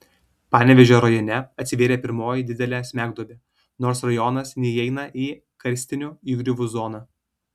panevėžio rajone atsivėrė pirmoji didelė smegduobė nors rajonas neįeina į karstinių įgriuvų zoną